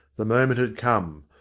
the moment had come.